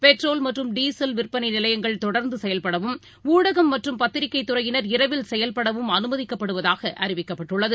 petrol மற்றும் diesel விற்பனைநிலையங்கள் தொடர்ந்தசெயல்படவும் ஊடகம் மற்றும் பத்திரிகைதுறையினர் இரவில் செயல்படவும் அனுமதிக்கப்படுவதாகஅறிவிக்கப்பட்டுள்ளது